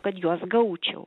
kad juos gaučiau